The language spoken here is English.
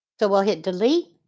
so we'll hit delete,